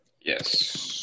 Yes